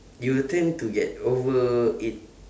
you tend to get over eat